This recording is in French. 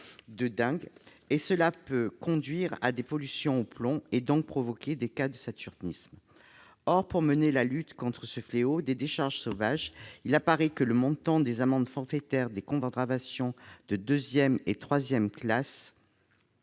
peuvent également engendrer des pollutions au plomb, et donc provoquer des cas de saturnisme. Or, pour mener la lutte contre le fléau des décharges sauvages, il apparaît que le montant des amendes forfaitaires des contraventions de la deuxième et de la troisième classe